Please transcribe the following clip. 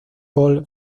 paul